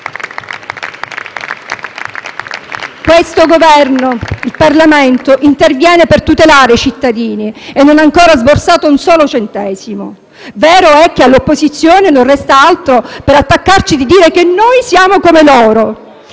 Questo Governo (e il Parlamento) interviene per tutelare i cittadini e non ha ancora sborsato un solo centesimo. Vero è che all'opposizione non resta altro, per attaccarci, che dire che noi siamo come loro.